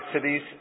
cities